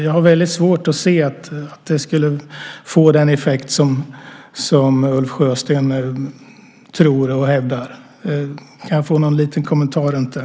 Jag har väldigt svårt att se att det skulle få den effekt som Ulf Sjösten tror och hävdar. Kan jag få en liten kommentar om det?